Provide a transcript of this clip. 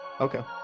Okay